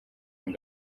ngo